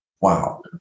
wow